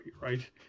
right